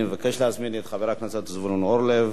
אני מבקש להזמין את חבר הכנסת זבולון אורלב.